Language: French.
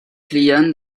client